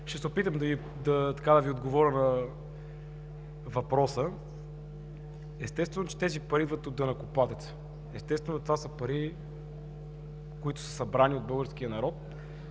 Ще се опитам да Ви отговоря на въпроса. Естествено, че тези пари идват от данъкоплатеца, естествено – това са пари, които са събрани от българския народ